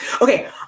Okay